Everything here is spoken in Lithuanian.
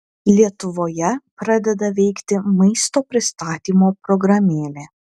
lietuvoje pradeda veikti maisto pristatymo programėlė